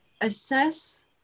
assess